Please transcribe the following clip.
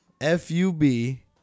F-U-B